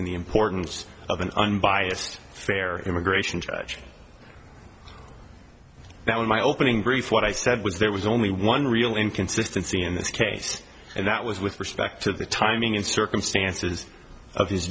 and the importance of an unbiased fair immigration judge now in my opening brief what i said was there was only one real inconsistency in this case and that was with respect to the timing and circumstances of his